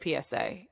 PSA